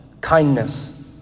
kindness